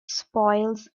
spoils